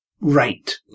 right